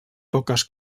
poques